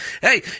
hey